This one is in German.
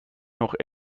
noch